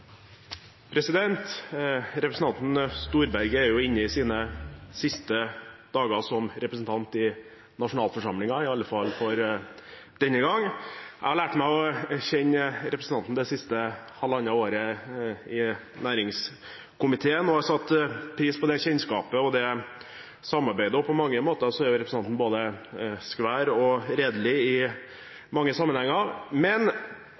inne i sine siste dager som representant i nasjonalforsamlingen, i alle fall for denne gang. Jeg har lært å kjenne representanten det siste halvannet året i næringskomiteen, og jeg setter pris på kjennskapet og samarbeidet. På mange måter er representanten både skvær og redelig